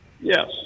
Yes